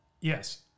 Yes